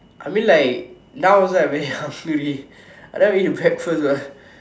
I mean like now also I very hungry I never eat breakfast what